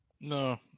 No